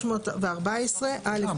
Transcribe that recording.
התוספת החמישית א'